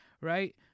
Right